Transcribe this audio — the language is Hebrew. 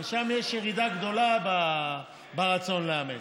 ושם יש ירידה גדולה ברצון לאמץ.